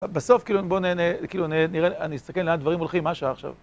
בסוף, כאילו, בואו נסתכל לאן דברים הולכים מה השעה עכשיו.